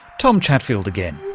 tom chatfield again,